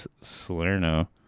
Salerno